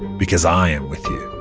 because i am with you.